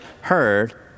heard